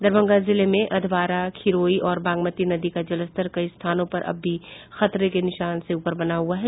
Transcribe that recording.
दरभंगा जिले में अधवारा खिरोई और बागमती नदी का जलस्तर कई स्थानों पर अब भी खतरे के निशान से ऊपर बना हुआ है